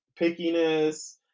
pickiness